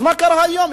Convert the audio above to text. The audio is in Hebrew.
אז מה קרה היום?